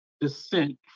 descent